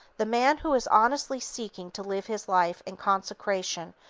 the man who is honestly seeking to live his life in consecration,